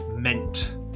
meant